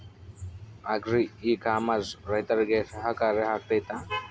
Agri e commerce ರೈತರಿಗೆ ಸಹಕಾರಿ ಆಗ್ತೈತಾ?